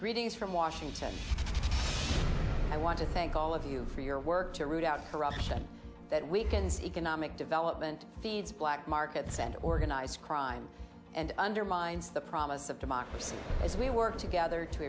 greetings from washington i want to thank all of you for your work to root out corruption that weakens economic development feeds black markets and organized crime and undermines the promise of democracy as we work together to